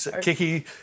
Kiki